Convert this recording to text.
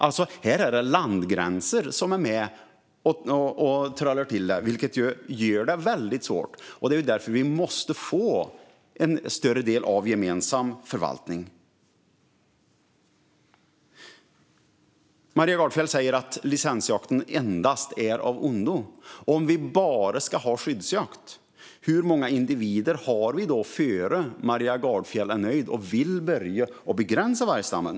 Det är alltså landsgränser som är med och krånglar till det, vilket gör det väldigt svårt. Det är därför som vi måste få en större del av gemensam förvaltning. Maria Gardfjell säger att licensjakten endast är av ondo. Om vi bara ska ha skyddsjakt, hur många individer ska vi då ha innan Maria Gardfjell är nöjd och vill börja begränsa vargstammen?